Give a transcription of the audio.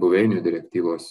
buveinių direktyvos